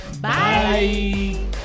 bye